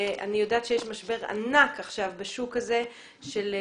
אני יודעת שיש משבר ענק עכשיו בשוק הזה בגלל